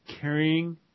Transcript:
carrying